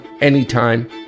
anytime